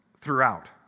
throughout